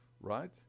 right